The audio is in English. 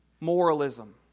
moralism